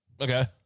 okay